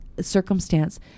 circumstance